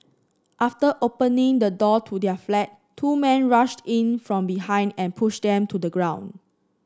after opening the door to their flat two men rushed in from behind and pushed them to the ground